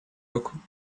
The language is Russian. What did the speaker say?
руку